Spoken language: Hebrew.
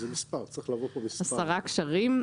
10 קשרים,